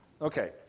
Okay